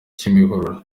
kimihurura